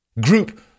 group